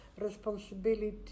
responsibility